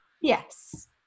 Yes